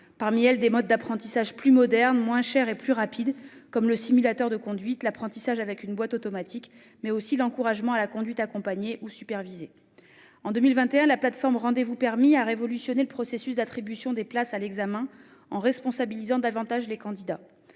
figuraient des modes d'apprentissage plus modernes, moins chers et plus rapides, comme le simulateur de conduite, l'apprentissage avec une boîte automatique, mais aussi l'encouragement à la conduite accompagnée ou supervisée. En 2021, la plateforme RdvPermis a révolutionné le processus d'attribution des places à l'examen en responsabilisant davantage les candidats.